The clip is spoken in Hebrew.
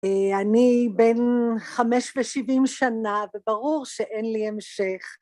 אני בין חמש ושבעים שנה, וברור שאין לי המשך.